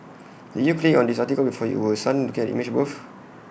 did you click on this article because you were stunned looking at the image above